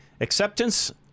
Acceptance